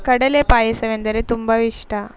ಕಡಲೆ ಪಾಯಸವೆಂದರೆ ತುಂಬ ಇಷ್ಟ